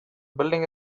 building